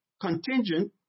contingent